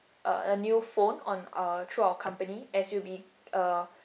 uh a new phone on uh through our company as you be uh